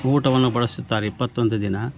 ಊಟವನ್ನು ಬಡಿಸುತ್ತಾರೆ ಇಪ್ಪತ್ತೊಂದು ದಿನ